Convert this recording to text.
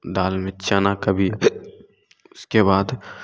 दाल में चना कभी उसके बाद